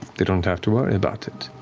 they don't have to worry about it.